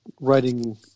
Writing